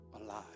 alive